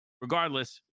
regardless